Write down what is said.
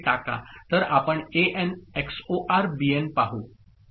तर आपण AN XOR BN पाहू